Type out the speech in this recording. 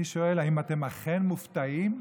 אני שואל: האם אתם אכן מופתעים?